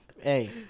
hey